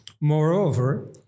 Moreover